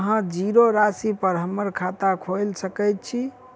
अहाँ जीरो राशि पर हम्मर खाता खोइल सकै छी?